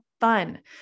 fun